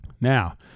Now